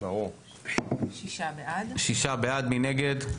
מי נגד?